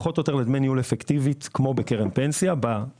פחות או יותר, לדמי ניהול כמו בקרן פנסיה להפקדה.